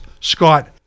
Scott